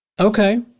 Okay